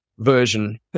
Version